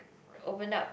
opened up